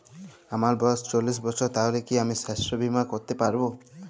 আমার বয়স চল্লিশ বছর তাহলে কি আমি সাস্থ্য বীমা করতে পারবো?